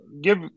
Give